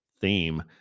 theme